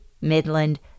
Midland